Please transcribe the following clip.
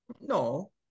no